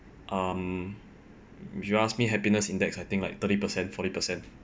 um if you ask me happiness index I think like thirty percent forty percent